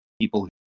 people